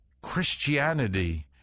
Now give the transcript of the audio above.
Christianity